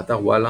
באתר וואלה,